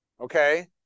okay